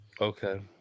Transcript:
Okay